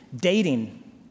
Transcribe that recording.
dating